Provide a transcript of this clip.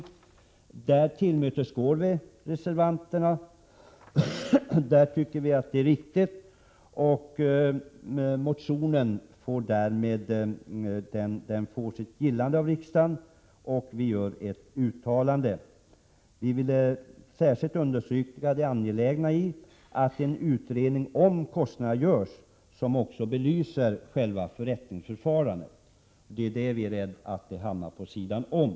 Utskottet tillmötesgår motionärerna. Motionen får sitt gillande av utskottet, som gör ett uttalande. Utskottet understryker det angelägna i att en utredning om fastighetsbildningskostnader görs, en utredning som också belyser själva förrättningsförfarandet, som utskottet befarar kan hamna vid sidan om.